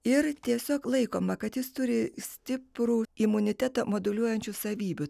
ir tiesiog laikoma kad jis turi stiprų imunitetą moduliuojančių savybių